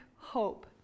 hope